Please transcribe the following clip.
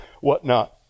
whatnot